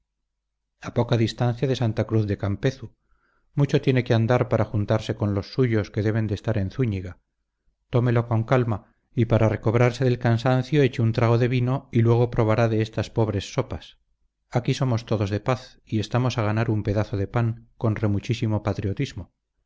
a poca distancia de santa cruz de campezu mucho tiene que andar para juntarse con los suyos que deben de estar en zúñiga tómelo con calma y para recobrarse del cansancio eche un trago de vino y luego probará de estas pobres sopas aquí somos todos de paz y estamos a ganar un pedazo de pan con remuchísimo patriotismo